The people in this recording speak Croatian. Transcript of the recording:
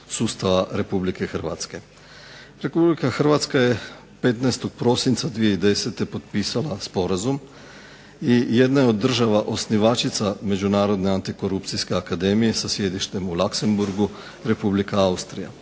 Republika Hrvatska je 15. prosinca 2010. potpisala sporazum i jedna je od država osnivačica međunarodne antikorupcijske akademije sa sjedištem u Laksemborgu, Republika Austrija.